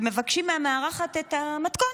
ומבקשים מהמארחת את המתכון.